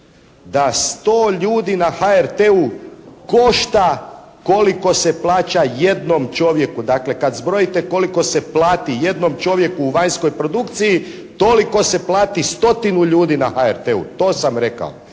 da 100 ljudi na HRT-u košta koliko se plaća jednom čovjeku, dakle kad zbrojite koliko se plati jednom čovjeku u vanjskoj produkciji toliko se plati stotinu ljudi na HRT-u. To sam rekao.